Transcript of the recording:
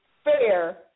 fair